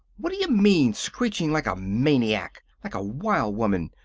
what d'you mean, screeching like a maniac? like a wild woman?